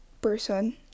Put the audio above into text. person